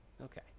Okay